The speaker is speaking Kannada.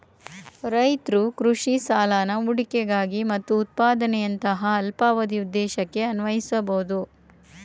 ರೈತ್ರು ಕೃಷಿ ಸಾಲನ ಹೂಡಿಕೆಗಾಗಿ ಮತ್ತು ಉತ್ಪಾದನೆಯಂತಹ ಅಲ್ಪಾವಧಿ ಉದ್ದೇಶಕ್ಕೆ ಅನ್ವಯಿಸ್ಬೋದು